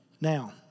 Now